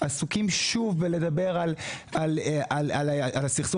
כבר מספר שבועות שאנחנו שומעים על הסכנות